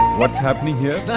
what's happening here?